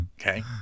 okay